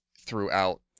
throughout